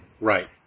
Right